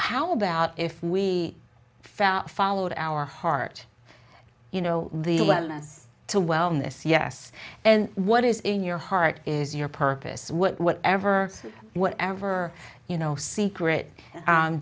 how about if we felt followed our heart you know the us to wellness yes and what is in your heart is your purpose whatever whatever you know secret